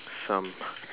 some